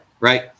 right